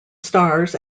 stars